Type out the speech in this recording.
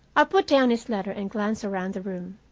i put down his letter and glanced around the room.